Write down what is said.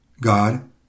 God